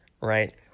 right